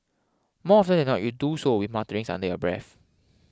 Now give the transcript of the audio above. more often than not you do so with mutterings under your breath